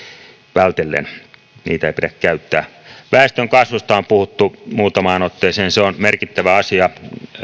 vältellen niitä ei pidä käyttää väestönkasvusta on puhuttu muutamaan otteeseen se on merkittävä asia